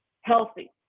healthy